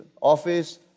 office